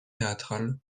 théâtrales